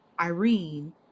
Irene